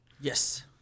Yes